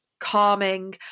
calming